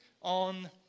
on